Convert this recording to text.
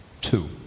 Two